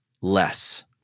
less